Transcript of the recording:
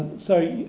so